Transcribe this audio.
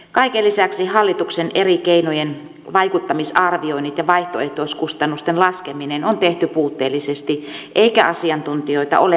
kaiken lisäksi hallituksen eri keinojen vaikuttamisarvioinnit ja vaihtoehtoiskustannusten laskeminen on tehty puutteellisesti eikä asiantuntijoita ole riittävästi kuultu